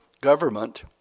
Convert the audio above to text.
government